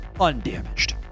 undamaged